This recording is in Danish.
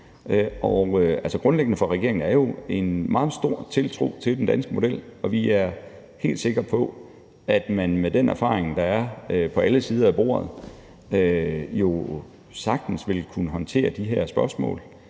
grundlæggende for regeringen er jo en meget stor tiltro til den danske model. Og vi er helt sikre på, at man med den erfaring, der er på alle sider af bordet, sagtens vil kunne håndtere de her spørgsmål.